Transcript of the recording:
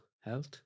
health